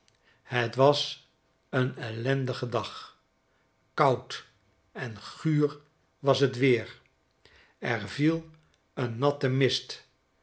het was een ellendige dag koud en guur was het weer er viel een natte mist